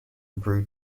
brew